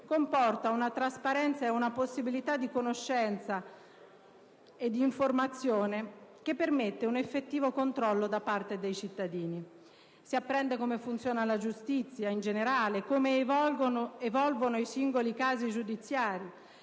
comporta una trasparenza ed un'opportunità di conoscenza e di informazione, permettendo un effettivo controllo da parte dei cittadini. Si apprende come funziona la giustizia in generale e come evolvono i singoli casi giudiziari,